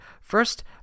first